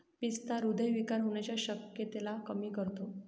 पिस्ता हृदय विकार होण्याच्या शक्यतेला कमी करतो